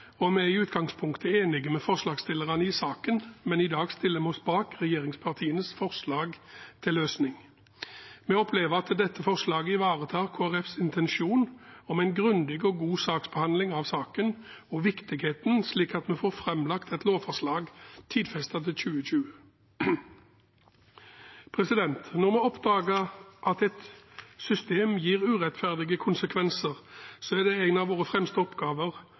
og vi er i utgangspunktet enig med forslagsstillerne i saken, men i dag stiller vi oss bak regjeringspartienes forslag til løsning. Vi opplever at dette forslaget ivaretar Kristelig Folkepartis intensjon om en grundig og god saksbehandling av saken og viktigheten, slik at vi får framlagt et lovforslag, tidfestet til 2020. Når vi oppdager at et system gir urettferdige konsekvenser, er det en av våre fremste oppgaver